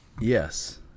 Yes